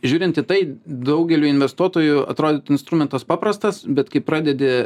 žiūrint į tai daugeliui investuotojų atrodytų instrumentas paprastas bet kai pradedi